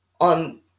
on